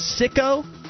sicko